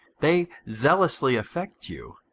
they zealously affect you,